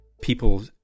people